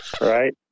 right